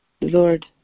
Lord